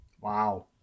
Wow